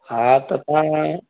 हा त तव्हां हाणे